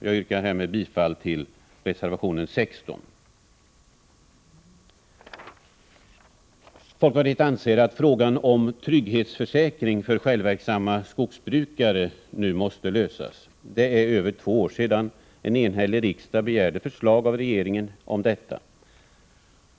Jag yrkar bifall till reservation 16. Folkpartiet anser att frågan om en trygghetsförsäkring för självverksamma skogsbrukare nu måste lösas. Det är över två år sedan en enhällig riksdag begärde förslag av regeringen om detta.